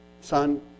son